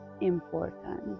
important